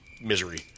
misery